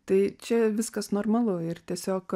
tai čia viskas normalu ir tiesiog